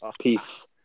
Peace